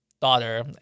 daughter